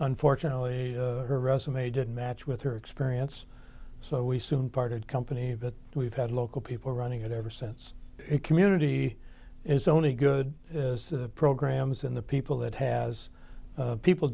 unfortunately her resume didn't match with her experience so we soon parted company but we've had local people running it ever since it community is only good programs in the people that has people